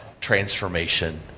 transformation